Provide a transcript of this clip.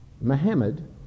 Muhammad